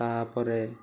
ତା'ପରେ